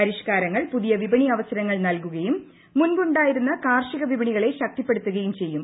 പരിഷ്കാരങ്ങൾ പുതിയ വിപണി അവസരങ്ങൾ നൽകുകയും മുൻപുണ്ടായിരുന്ന കാർഷിക വിപണികളെ ശക്തിപ്പെടുത്തുകയും ചെയ്യും